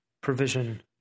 provision